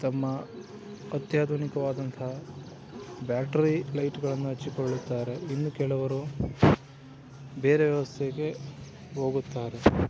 ತಮ್ಮ ಅತ್ಯಾಧುನಿಕವಾದಂತಹ ಬ್ಯಾಟ್ರೀ ಲೈಟ್ಗಳನ್ನು ಹಚ್ಚಿಕೊಳ್ಳುತ್ತಾರೆ ಇನ್ನೂ ಕೆಲವರು ಬೇರೆ ವ್ಯವಸ್ಥೆಗೆ ಹೋಗುತ್ತಾರೆ